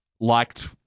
liked